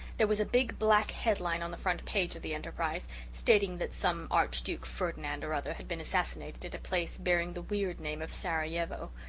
there was a big, black headline on the front page of the enterprise, stating that some archduke ferdinand or other had been assassinated at a place bearing the weird name of sarajevo,